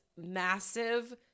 massive